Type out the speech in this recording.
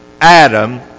Adam